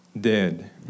Dead